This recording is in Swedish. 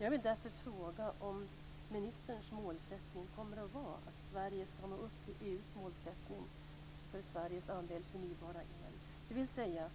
Jag vill därför fråga om ministerns målsättning kommer att vara att Sverige ska nå upp till EU:s målsättning för Sveriges andel förnybar el: